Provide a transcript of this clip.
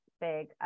big